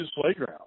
playground